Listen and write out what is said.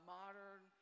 modern